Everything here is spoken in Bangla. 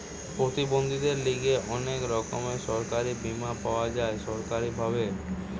প্রতিবন্ধীদের লিগে অনেক রকমের সরকারি বীমা পাওয়া যায় সরকারি ভাবে